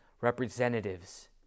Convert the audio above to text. representatives